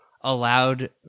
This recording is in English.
allowed